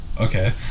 Okay